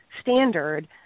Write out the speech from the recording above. standard